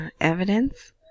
evidence